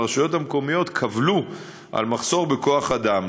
והרשויות המקומיות קבלו על מחסור בכוח-אדם.